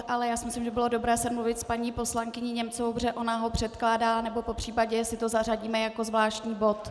Ale já si myslím, že by bylo dobré se domluvit s paní poslankyní Němcovou, protože ona ho předkládá, nebo popř. jestli to zařadíme jako zvláštní bod.